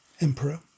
Emperor